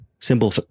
simple